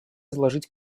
изложить